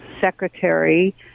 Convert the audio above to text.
secretary